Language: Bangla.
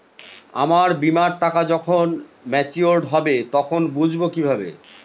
আমার বীমার টাকা যখন মেচিওড হবে তখন বুঝবো কিভাবে?